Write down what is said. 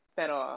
pero